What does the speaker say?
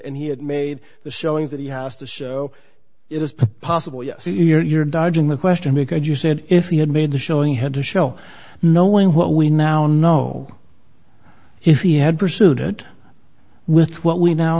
and he had made the showing that he has to show it is possible yes you are dodging the question because you said if he had made the showing had to show knowing what we now know if he had pursued it with what we now